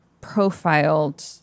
profiled